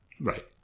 Right